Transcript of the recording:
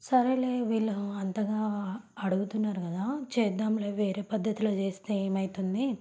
సరేలే వీళ్ళు అంతగా అడుగుతున్నారు కదా చేద్దాంలే వేరే పద్ధతిలో చేస్తే ఏమవుతుంది